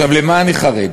לְמה אני חרד?